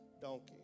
donkey